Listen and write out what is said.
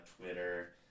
Twitter